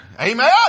Amen